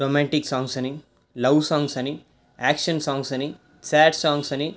romantic సాంగ్సని love సాంగ్సని action సాంగ్సని స్యాడ్ సాంగ్సని